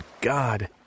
God